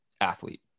athlete